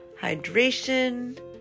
Hydration